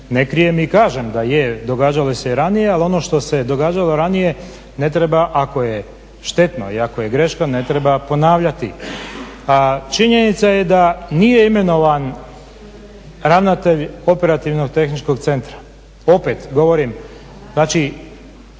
ne krijem i kažem da je, događalo se i ranije, ali ono što se događalo ranije ne treba, ako je štetno i ako je greška ne treba ponavljati. A činjenica je da nije imenovan ravnatelj operativnog tehničkog centra, opet govorim znači